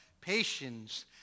patience